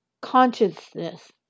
consciousness